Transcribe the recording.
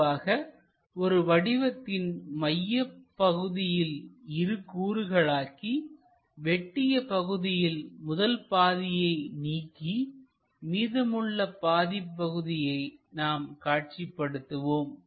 பொதுவாக ஒரு வடிவத்தின் மையப்பகுதியில் இரு கூறுகளாக்கி வெட்டிய பகுதியில் முதல் பாதியை நீக்கி மீதமுள்ள பாதிப் பகுதியை நாம் காட்சிப்படுத்துவோம்